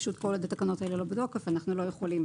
פשוט כל עוד התקנות האלה לא בתוקף אנחנו לא יכולים